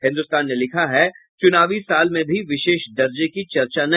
हिन्दुस्तान ने लिखा है चुनावी साल में भी विशेष दर्जे की चर्चा नहीं